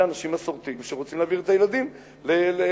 אנשים מסורתיים שרוצים להעביר את הילדים לממ"ד,